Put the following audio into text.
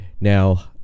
now